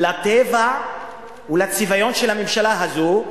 לטבע ולצביון של הממשלה הזו,